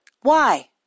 Why